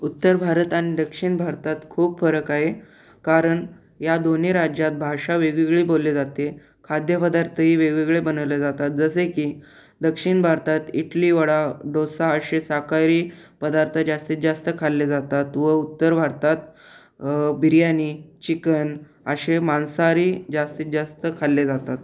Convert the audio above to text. उत्तर भारत आणि दक्षिण भारतात खूप फरक आहे कारण या दोन्ही राज्यात भाषा वेगवेगळी बोलली जाते खाद्यपदार्थही वेगवेगळे बनवले जातात जसे की दक्षिण भारतात इडली वडा डोसा असे शाकाहारी पदार्थ जास्तीत जास्त खाल्ले जातात व उत्तर भारतात बिर्याणी चिकन असे मांसाहारी जास्तीत जास्त खाल्ले जातात